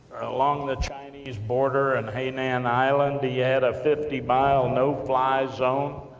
along the chinese border, and hainan island, he had a fifty mile no fly zone,